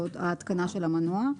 ההתקנה של המנוע.